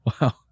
Wow